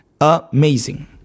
amazing